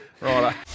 Right